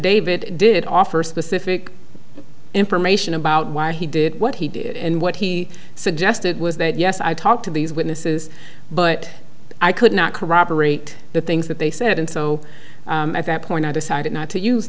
affidavit did offer specific information about why he did what he did and what he suggested was that yes i talked to these witnesses but i could not corroborate the things that they said and so at that point i decided not to use